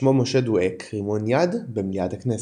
ששמו משה דואק רימון יד במליאת הכנסת.